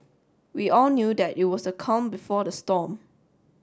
we all knew that it was the calm before the storm